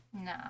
No